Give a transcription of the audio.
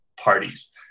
parties